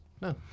no